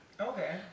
Okay